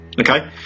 okay